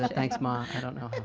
thanks mom! i don't know.